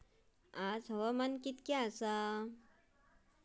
आज हवामान किती आसा?